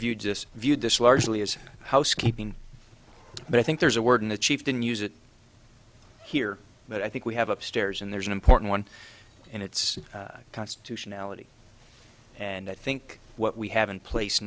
view just viewed this largely as housekeeping but i think there's a word in the chief didn't use it here that i think we have upstairs and there's an important one and it's constitutionality and i think what we have in place